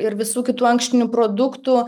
ir visų kitų ankštinių produktų